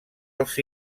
els